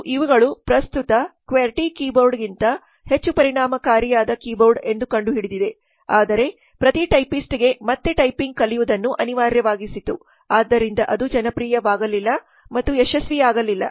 ಮತ್ತು ಇವುಗಳು ಪ್ರಸ್ತುತ ಕ್ವೆರ್ಟಿ ಕೀಬೋರ್ಡ್ಗಿಂತ ಹೆಚ್ಚು ಪರಿಣಾಮಕಾರಿಯಾದ ಕೀಬೋರ್ಡ್ ಎಂದು ಕಂಡುಹಿಡಿದಿದೆ ಆದರೆ ಪ್ರತಿ ಟೈಪಿಸ್ಟ್ಗೆ ಮತ್ತೆ ಟೈಪಿಂಗ್ ಕಲಿಯುವುದನ್ನು ಅನಿವಾರ್ಯವಾಗಿಸಿತು ಆದ್ದರಿಂದ ಅದು ಜನಪ್ರಿಯವಾಗಲಿಲ್ಲ ಮತ್ತು ಯಶಸ್ವಿಯಾಗಲಿಲ್ಲ